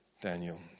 Daniel